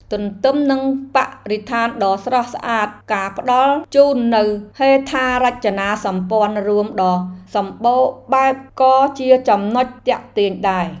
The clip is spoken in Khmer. ទន្ទឹមនឹងបរិស្ថានដ៏ស្រស់ស្អាតការផ្តល់ជូននូវហេដ្ឋារចនាសម្ព័ន្ធរួមដ៏សម្បូរបែបក៏ជាចំណុចទាក់ទាញដែរ។